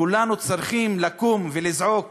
כולנו צריכים לקום ולזעוק